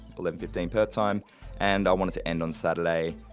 eleven fifteen per time and i want it to end on saturday,